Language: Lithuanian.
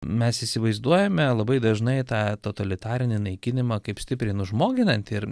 mes įsivaizduojame labai dažnai tą totalitarinį naikinimą kaip stipriai nužmoginanti ir